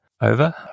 over